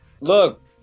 look